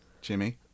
Jimmy